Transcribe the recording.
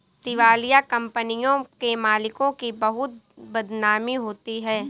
दिवालिया कंपनियों के मालिकों की बहुत बदनामी होती है